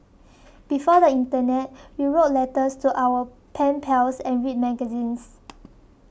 before the internet we wrote letters to our pen pals and read magazines